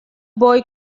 boy